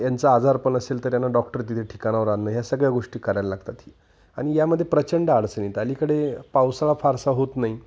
यांचं आजारपण असेल तर यांना डॉक्टर तिथं ठिकाणावर आणणं ह्या सगळ्या गोष्टी करायला लागतात आणि यामध्ये प्रचंड अडचणी आहेत अलीकडे पावसाळा फारसा होत नाही